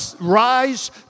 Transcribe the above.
rise